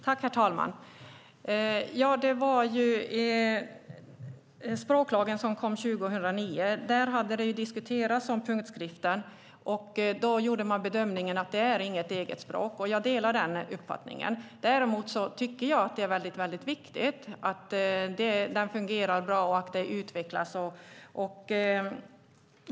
Herr talman! I språklagen, som kom 2009, hade man diskuterat punktskriften. Man gjorde då bedömningen att det inte är något eget språk. Jag delar denna uppfattning. Däremot tycker jag att det är viktigt att punktskriften fungerar bra och utvecklas.